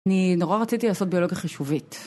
אני נורא רציתי לעשות ביולוגיה חישובית.